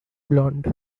blond